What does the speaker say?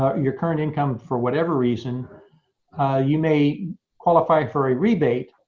ah your current income for whatever reason you may qualify for a rebate.